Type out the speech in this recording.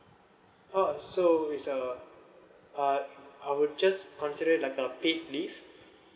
oh so it's a uh I would just consider it like a paid leave